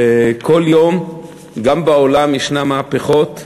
כל יום, גם בעולם, יש מהפכות,